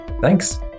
Thanks